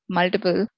multiple